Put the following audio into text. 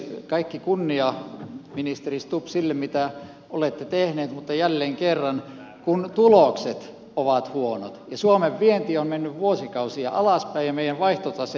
kaikki kunnia ministeri stubb sille mitä olette tehnyt mutta jälleen kerran kun tulokset ovat huonot ja suomen vienti on mennyt vuosikausia alaspäin ja meidän vaihtotaseemme on pakkasella